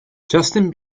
justin